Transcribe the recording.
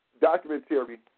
documentary